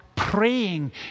Praying